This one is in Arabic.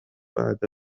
بعد